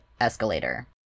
escalator